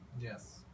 Yes